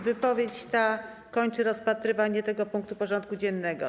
Wypowiedź ta kończy rozpatrywanie tego punktu porządku dziennego.